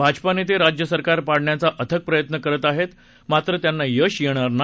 भाजपा नेते राज्य सरकार पाडण्याचा अथक प्रयत्न करत आहेत मात्र त्यांना यश येणार नाही